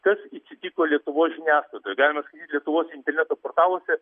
kas įcitiko lietuvos žiniasklaidoj galima sakyt lietuvos interneto portaluose